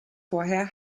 vorher